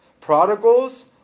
Prodigals